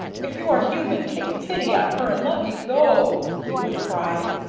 if you are human, take pity on her and let me go! he would cry.